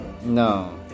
No